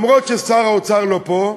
אומנם שר האוצר לא פה,